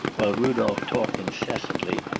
while rudolph talked incessantly,